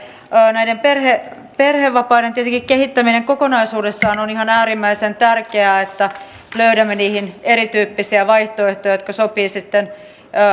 näiden perhevapaiden kehittäminen tietenkin kokonaisuudessaan on ihan äärimmäisen tärkeää että löydämme niihin erityyppisiä vaihtoehtoja jotka sopivat sitten